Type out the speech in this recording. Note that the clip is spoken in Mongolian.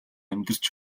амьдарч